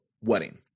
wedding